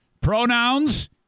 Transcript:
Pronouns